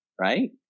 Right